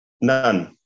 None